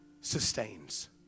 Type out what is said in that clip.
sustains